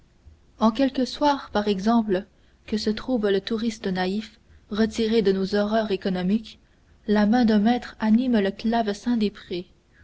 en quelque soir par exemple que se trouve le touriste naïf retiré de nos horreurs économiques la main d'un maître anime le clavecin des prés